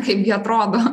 kaipgi atrodo